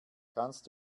kannst